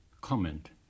comment